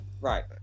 Right